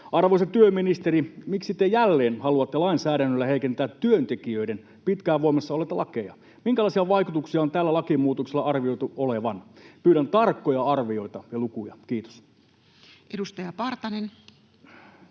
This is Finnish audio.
Arvoisa työministeri, miksi te jälleen haluatte lainsäädännöllä heikentää työntekijöiden pitkään voimassa olleita lakeja? Minkälaisia vaikutuksia on tällä lakimuutoksella arvioitu olevan? Pyydän tarkkoja arvioita ja lukuja. — Kiitos. [Speech